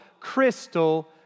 crystal